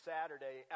Saturday